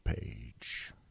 page